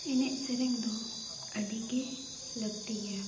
ᱮᱱᱮᱡᱼᱥᱮᱨᱮᱧ ᱫᱚ ᱟᱹᱰᱤᱜᱮ ᱞᱟᱹᱠᱛᱤ ᱜᱮᱭᱟ